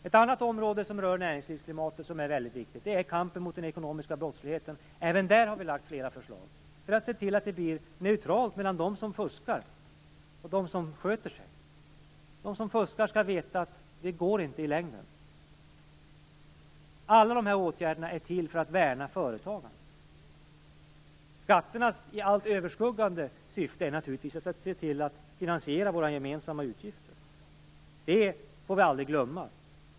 En annan sak som rör näringslivsklimatet och som är mycket viktig är kampen mot den ekonomiska brottsligheten. Även där har vi lagt fram flera förslag för att se till att det blir neutralt mellan dem som fuskar och dem som sköter sig. De som fuskar skall veta att det inte går i längden. Alla de här åtgärderna är till för att värna företagarna. Skatternas allt överskuggande syfte är naturligtvis att se till att finansiera våra gemensamma utgifter. Det får vi aldrig glömma.